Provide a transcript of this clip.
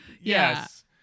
Yes